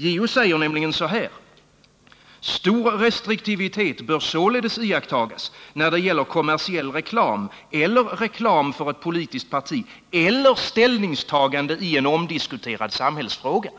JO anför nämligen: ”Stor restriktivitet bör således iakttas när det gäller kommersiell reklam eller reklam för ett politiskt parti eller ställningstagande i en omdiskuterad samhällsfråga.”